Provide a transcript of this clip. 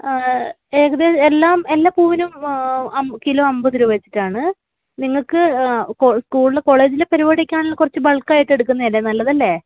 ആ എല്ലാ പൂവിനും അം കിലോ അമ്പത് രൂപവെച്ചിട്ടാണ് നിങ്ങള്ക്ക് കോളേജിലെ പരിപാടിക്കാണെങ്കിൽ കുറച്ച് ബൾക്കായിട്ട് എടുക്കുന്നതല്ലേ നല്ലത് അല്ലേ